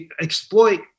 exploit